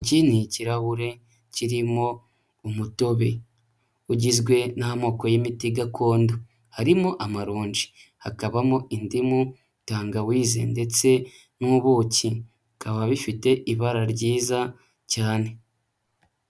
Iki ni ikirahure kirimo umutobe ugizwe n'amoko y'imiti gakondo, harimo amaronji, hakabamo indimu, tangawizi ndetse n'ubuki, bikaba bifite ibara ryiza cyane.